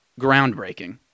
groundbreaking